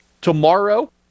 Tomorrow